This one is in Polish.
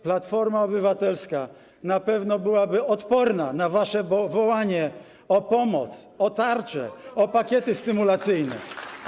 Platforma Obywatelska na pewno byłaby odporna na wasze wołanie o pomoc, o tarczę, o pakiety stymulacyjne.